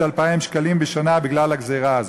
2,000 שקלים בשנה בגלל הגזירה הזאת.